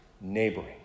neighboring